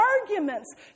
arguments